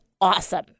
awesome